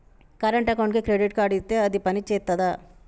Current అకౌంట్కి credit card ఇత్తే అది పని చేత్తదా?